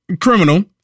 criminal